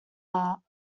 art